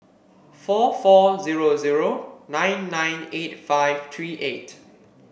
four four zero zero nine nine eight five three eight